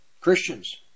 Christians